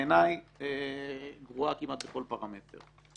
בעיניי, גרועה כמעט בכל פרמטר.